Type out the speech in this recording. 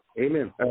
Amen